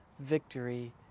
victory